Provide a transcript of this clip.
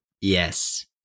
Yes